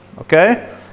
okay